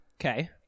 Okay